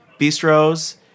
bistros